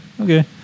okay